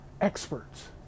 experts